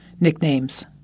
nicknames